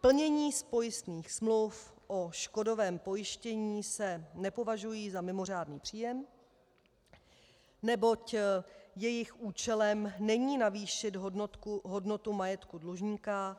Plnění z pojistných smluv o škodovém pojištění se nepovažují za mimořádný příjem, neboť jejich účelem není navýšit hodnotu majetku dlužníka,